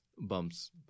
Bumps